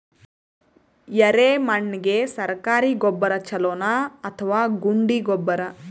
ಎರೆಮಣ್ ಗೆ ಸರ್ಕಾರಿ ಗೊಬ್ಬರ ಛೂಲೊ ನಾ ಅಥವಾ ಗುಂಡಿ ಗೊಬ್ಬರ?